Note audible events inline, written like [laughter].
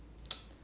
[noise]